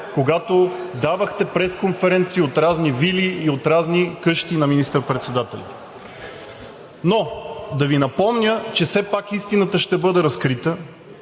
когато давахте пресконференция от разни вили и от разни къщи на министър-председателя. Но да Ви напомня, че все пак истината ще бъде разкрита.